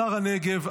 שר הנגב,